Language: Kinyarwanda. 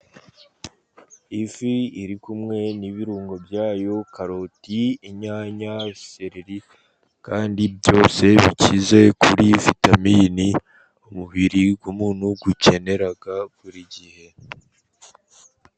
Ifi iri kumwe n'ibirungo byayo, karoti, inyanya, sereri kandi byose bikize kuri vitamini umubiri w'umuntu ukenera buri gihe.